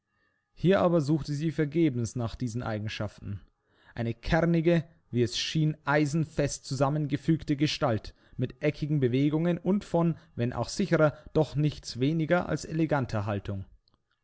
hier aber suchte sie vergebens nach diesen eigenschaften eine kernige wie es schien eisenfest zusammengefügte gestalt mit eckigen bewegungen und von wenn auch sicherer doch nichts weniger als eleganter haltung